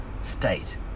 state